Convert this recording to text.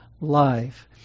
life